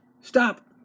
Stop